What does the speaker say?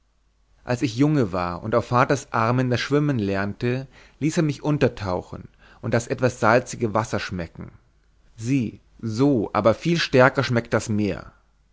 als ich junge war und auf vaters armen das schwimmen lernte ließ er mich untertauchen und das etwas salzige wasser schmecken sieh so aber viel stärker schmeckt das meer